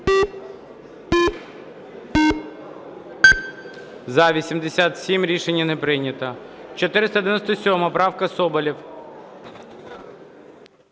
За-87 Рішення не прийнято. 497 правка, Соболєв.